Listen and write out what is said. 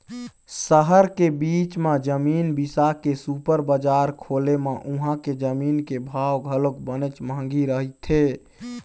सहर के बीच म जमीन बिसा के सुपर बजार खोले म उहां के जमीन के भाव घलोक बनेच महंगी रहिथे